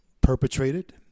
perpetrated